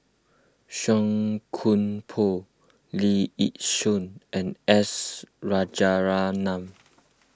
Song Koon Poh Lee Yi Shyan and S Rajaratnam